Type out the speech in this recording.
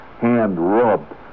hand-rubbed